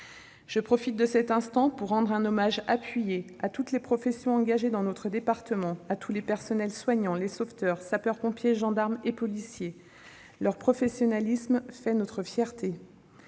Je profite de cette occasion pour rendre un hommage appuyé à tous les professionnels engagés dans notre département : personnels soignants, sauveteurs, sapeurs-pompiers, gendarmes et policiers. Leur professionnalisme fait notre fierté